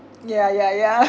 ya ya ya